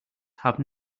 have